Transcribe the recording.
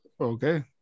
Okay